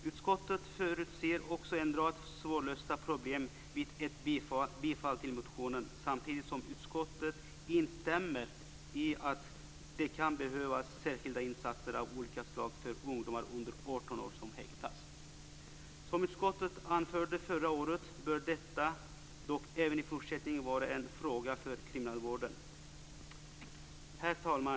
Utskottet förutser också en rad svårlösta problem vid ett bifall till motionen, samtidigt som utskottet instämmer i att det kan behövas särskilda insatser av olika slag för ungdomar under 18 år som häktas. Som utskottet anförde förra året bör detta dock även i fortsättningen vara en fråga för kriminalvården. Herr talman!